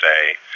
say